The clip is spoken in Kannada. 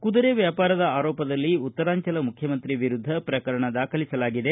ಕುದುರೆ ವ್ಯಾಪಾರದ ಆರೋಪದಲ್ಲಿ ಉತ್ತರಾಂಚಲ ಮುಖ್ಯಮಂತ್ರಿ ವಿರುದ್ದ ಪ್ರಕರಣ ದಾಖಲಿಸಲಾಗಿದೆ